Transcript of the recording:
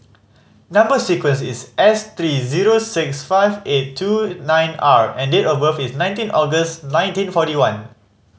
number sequence is S three zero six five eight two nine R and date of birth is nineteen August nineteen forty one